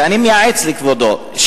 ואני מייעץ לכבודו,